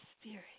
spirit